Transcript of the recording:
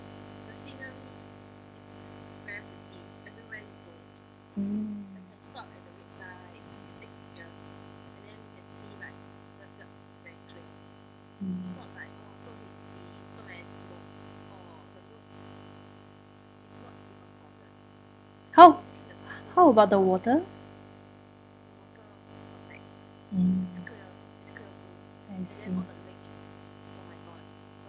mm mm how how about the water mm I see